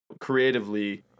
creatively